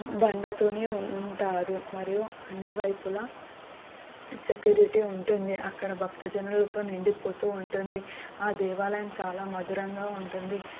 బండతోనే ఉంటారు మరియు అన్ని వైపులా సెక్యూరిటీ ఉంటుంది అక్కడ భక్తజనులతో నిండిపోతూ ఉంటుంది ఆ దేవాలయం చాలా మధురంగా ఉంటుంది